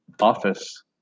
office